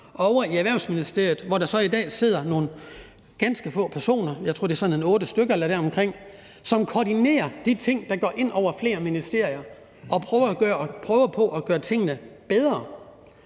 tror, det er otte stykker eller deromkring – som koordinerer de ting, der går ind over flere ministerier, og prøver på at gøre tingene bedre.